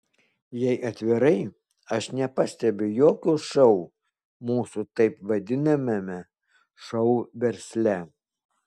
jei atvirai aš nepastebiu jokio šou mūsų taip vadinamame šou versle